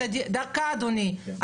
תקשיב,